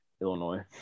Illinois